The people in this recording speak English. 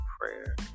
prayer